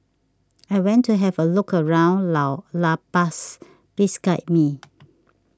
I went to have a look around Lao La Paz please guide me